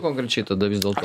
konkrečiai tada vis dėlto